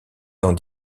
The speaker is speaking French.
dans